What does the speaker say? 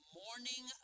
morning